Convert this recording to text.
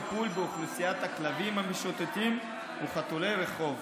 טיפול באוכלוסיית הכלבים המשוטטים וחתולי רחוב.